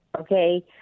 okay